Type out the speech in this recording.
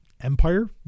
Empire